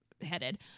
headed